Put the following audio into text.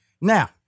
Now